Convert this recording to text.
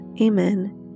Amen